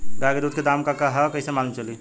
गाय के दूध के दाम का ह कइसे मालूम चली?